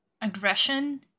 aggression